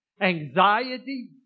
anxiety